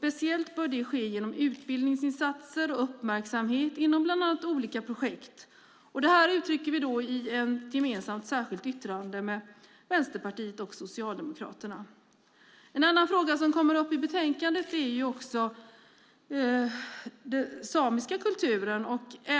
Särskilt bör det ske genom utbildningsinsatser och uppmärksamhet i form av olika projekt. Detta uttrycker vi i ett gemensamt särskilt yttrande med Vänsterpartiet och Socialdemokraterna. En fråga som också tas upp i betänkandet gäller den samiska kulturen.